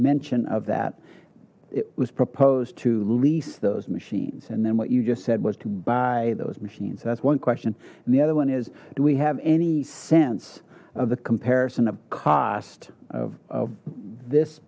mention of that it was proposed to lease those machines and then what you just said was to buy those machines that's one question and the other one is do we have any sense of the comparison of cost of this